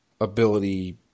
ability